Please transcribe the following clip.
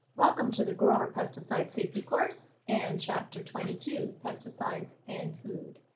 welcome to the grower pesticide safety course and chapter twenty two pesticides and food.